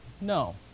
No